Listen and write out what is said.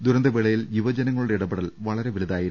ദുരന്തവേളയിൽ യുവജനങ്ങളുടെ ഇടപെടൽ വളരെ വലു തായിരുന്നു